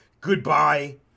Goodbye